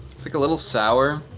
it's like a little sour,